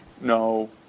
no